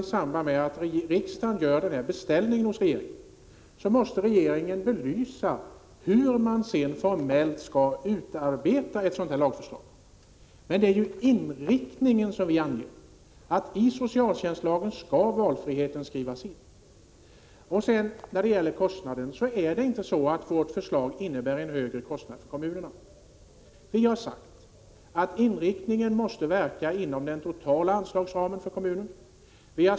I samband med att riksdagen gör denna beställning hos regeringen måste givetvis regeringen visa hur den sedan formellt skall utarbeta ett lagförslag, men det är inriktningen som vi anger. I socialtjänstlagen skall valfriheten skrivas in. Vårt förslag innebär inte en högre kostnad för kommunerna. Vi har sagt att man måste verka inom den totala anslagsramen för kommunerna.